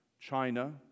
China